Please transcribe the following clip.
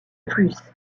plus